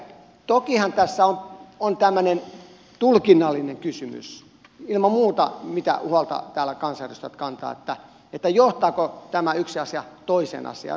elikkä tokihan tässä on tämmöinen tulkinnallinen kysymys ilman muuta mistä täällä kansanedustajat kantavat huolta että johtaako tämä yksi asia toiseen asiaan